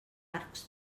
arcs